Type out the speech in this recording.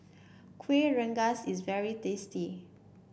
Kueh Rengas is very tasty